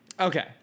okay